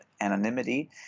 anonymity